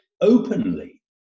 openly